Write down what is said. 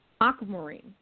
aquamarine